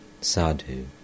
Sadhu